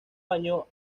año